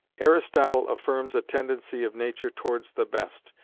aristotle affirms a tendency of nature towards the best,